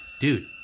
Dude